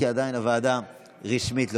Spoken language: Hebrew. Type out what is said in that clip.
כי עדיין הוועדה לא רשמית.